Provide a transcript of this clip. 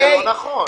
זה לא נכון.